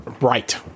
Right